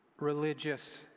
religious